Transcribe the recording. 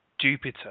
Jupiter